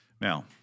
Now